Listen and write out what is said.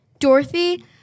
Dorothy